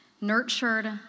nurtured